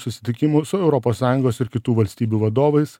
susitikimų su europos sąjungos ir kitų valstybių vadovais